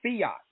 fiat